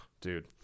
dude